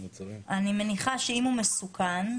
אני מניחה שאם הוא מסוכן,